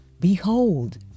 Behold